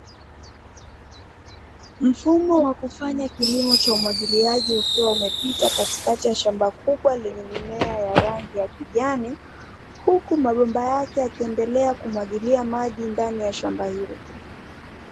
Mfumo wa kufanya kilimo cha umwagiliaji kuwa umepita katikati ya shamba kubwa lenye mimea ya rangi ya kijani, huku mabomba yake yakiendelea kumwagilia maji ndani ya shamba hilo.